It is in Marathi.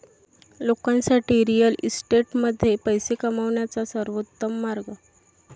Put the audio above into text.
लोकांसाठी रिअल इस्टेटमध्ये पैसे कमवण्याचा सर्वोत्तम मार्ग